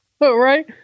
Right